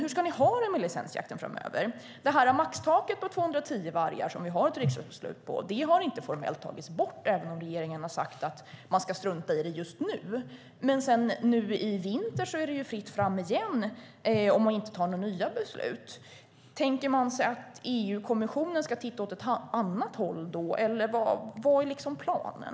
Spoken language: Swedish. Hur ska ni ha det med licensjakten framöver? Maxtaket på 210 vargar som det finns ett riksdagsbeslut om har inte formellt tagits bort, även om regeringen har sagt att man ska strunta i det just nu. I vinter är det ju fritt fram igen, om man inte tar några nya beslut. Tänker man att EU-kommissionen ska titta åt ett annat håll då, eller vad är planen?